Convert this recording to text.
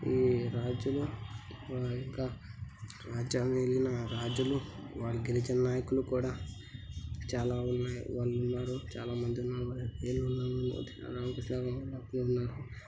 ఈ రాజులు వారి యొక్క రాజ్యాల్ని ఏలిన రాజులు వాళ్ళు గిరిజన నాయకులు కూడా చాలా ఉన్నాయ్ వాళ్ళున్నారు చాలా మంది